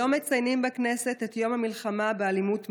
היום מציינים בכנסת את יום המלחמה באלימות מינית.